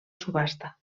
subhasta